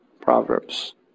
Proverbs